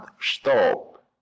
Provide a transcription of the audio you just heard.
stop